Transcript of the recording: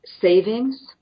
savings